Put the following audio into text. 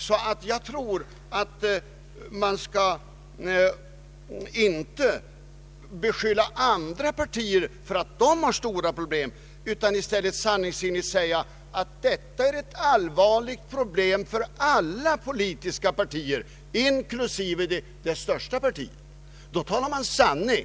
Jag tror därför att man inte skall beskylla andra partier för att de har stora problem i detta avseende utan i stället sanningsenligt säga, att detta är en allvarlig fråga för alla politiska partier inklusive det största partiet. Då talar man sanning.